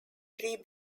three